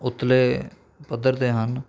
ਉਤਲੇ ਪੱਧਰ 'ਤੇ ਹਨ